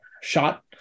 shot